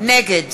נגד